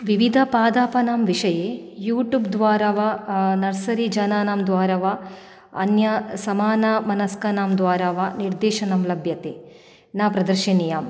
विविधपादपानां विषये यूट्यूब् द्वारा वा नर्सरिजनानां द्वारा वा अन्या समानमनस्कानां द्वारा वा निर्देशनं लभ्यते न प्रदर्शनीयाम्